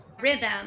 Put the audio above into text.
rhythm